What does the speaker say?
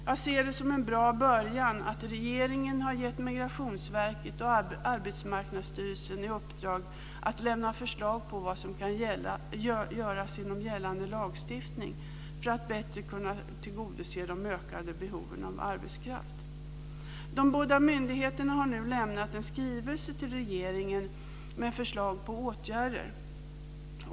Jag ser det som en bra början att regeringen har gett Migrationsverket och Arbetsmarknadsstyrelsen i uppdrag att lämna förslag på vad som kan göras inom gällande lagstiftning för att bättre kunna tillgodose de ökade behoven av arbetskraft. De båda myndigheterna har nu lämnat en skrivelse till regeringen med förslag på åtgärder.